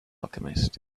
alchemist